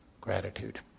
gratitude